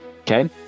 okay